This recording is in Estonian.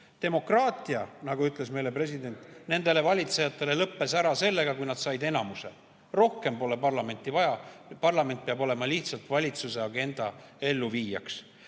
Demokraatia, nagu ütles meile president, nendele valitsejatele lõppes ära sellega, kui nad said enamuse. Rohkem pole parlamenti vaja, nüüd peab parlament olema lihtsalt valitsuse agenda elluviijaks,